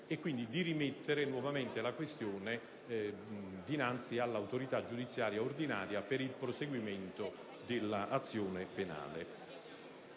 e quindi di rimettere la questione dinanzi all'autorità giudiziaria ordinaria per il proseguimento dell'azione penale.